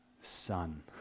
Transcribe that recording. son